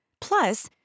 Plus